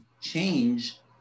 change